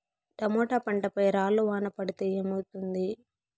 Tomato పంట పై రాళ్లు వాన పడితే ఏమవుతుంది?